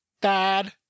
dad